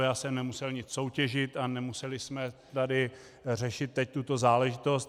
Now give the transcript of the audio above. Já jsem nemusel nic soutěžit a nemuseli jsme tady řešit teď tuto záležitost.